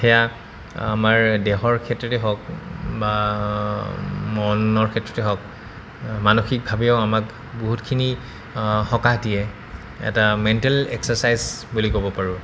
সেয়া আমাৰ দেহৰ ক্ষেত্ৰতে হওক বা মনৰ ক্ষেত্ৰতে হওক মানসিকভাৱেও আমাক বহুতখিনি সকাহ দিয়ে এটা মেণ্টেল এক্সাৰচাইজ বুলি ক'ব পাৰোঁ